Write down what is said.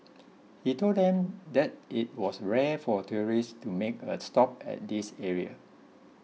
he told them that it was rare for tourists to make a stop at this area